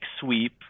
sweep